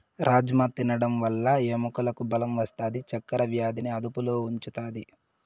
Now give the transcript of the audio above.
రాజ్మ తినడం వల్ల ఎముకలకు బలం వస్తాది, చక్కర వ్యాధిని అదుపులో ఉంచుతాది